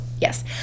yes